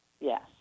Yes